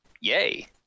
Yay